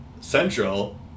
Central